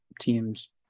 teams